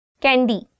Candy